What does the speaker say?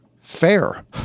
fair